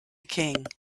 king